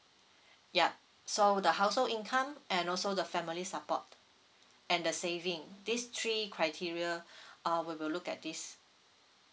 yup so the household income and also the family support and the saving these three criteria uh we'll look at this